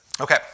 Okay